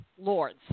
Lord's